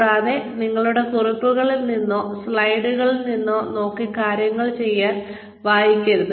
കൂടാതെ നിങ്ങളുടെ കുറിപ്പുകളിൽ നിന്നോ സ്ലൈഡുകളിൽ നിന്നോ നോക്കി കാര്യങ്ങൾ വായിക്കരുത്